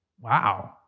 Wow